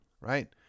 right